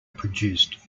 produced